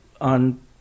on